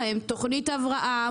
תוכנית הבראה,